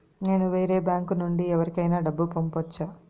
నేను వేరే బ్యాంకు నుండి ఎవరికైనా డబ్బు పంపొచ్చా?